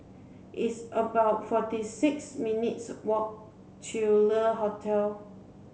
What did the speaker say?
it's about forty six minutes walk to Le Hotel